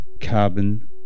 carbon